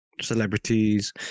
Celebrities